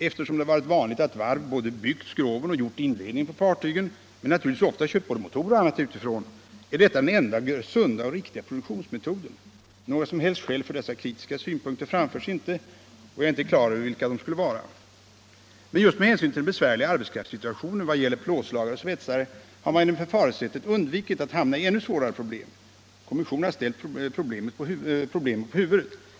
Eftersom det har varit vanligt att varv både byggt skroven och gjort inredningen på fartygen — men naturligtvis ofta köpt både motorer och annat utifrån — är detta den enda sunda och riktiga produktionsmetoden. Några som helst skäl för dessa kritiska synpunkter framförs inte, och jag är inte klar över vilka de skulle vara. Men just med hänsyn till den besvärliga arbetskraftssituationen vad beträffar plåtslagare och svetsare har man genom förfaringssättet undvikit att hamna i ännu svårare problem. Kommissionen har ställt problemen på huvudet.